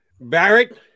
Barrett